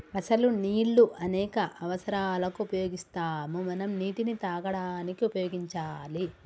అసలు నీళ్ళు అనేక అవసరాలకు ఉపయోగిస్తాము మనం నీటిని తాగడానికి ఉపయోగించాలి